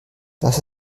das